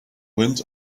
wind